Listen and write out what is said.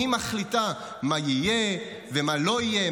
היא מחליטה מה יהיה ומה לא יהיה,